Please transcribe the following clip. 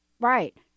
Right